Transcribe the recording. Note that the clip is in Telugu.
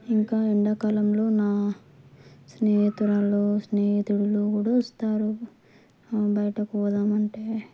ఇంకా ఎండాకాలంలో నా స్నేహితురాళ్ళు స్నేహితులు కూడా వస్తారు బయటకు పోదాము అంటే